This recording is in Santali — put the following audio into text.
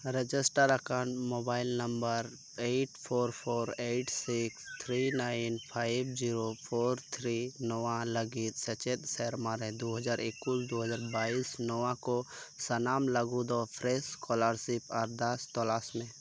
ᱨᱮᱜᱤᱥᱴᱟᱨ ᱟᱠᱟᱱ mobile number eight four four eight six three nine five zero four three ᱱᱚᱣᱟ ᱞᱟᱹᱜᱤᱫ ᱥᱮᱪᱮᱫ ᱥᱮᱨᱢᱟᱨᱮ ᱫᱩ ᱦᱟᱡᱟᱨ ᱮᱠᱩᱥ ᱫᱩ ᱦᱟᱡᱟᱨ ᱵᱟᱭᱤᱥ ᱱᱚᱣᱟ ᱠᱚ ᱥᱟᱱᱟᱢ ᱞᱟᱹᱜᱩ ᱫᱚ ᱯᱷᱨᱮᱥ ᱥᱠᱚᱞᱟᱨᱥᱤᱯ ᱟᱨᱫᱟᱥ ᱛᱚᱞᱟᱥ ᱢᱮ